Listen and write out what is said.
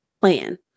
plan